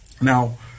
Now